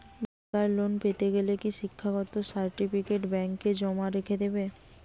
বেকার লোন পেতে গেলে কি শিক্ষাগত সার্টিফিকেট ব্যাঙ্ক জমা রেখে দেবে?